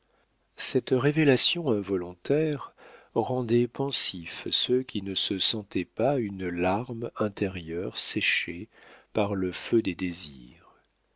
cette révélation involontaire rendait pensifs ceux qui ne se sentaient pas une larme intérieure séchée par le feu des désirs